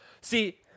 See